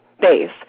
base